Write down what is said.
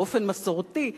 באופן מסורתי,